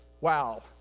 wow